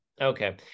okay